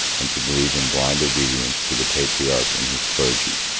and to believe in blind obedience to the patriarch and his clergy.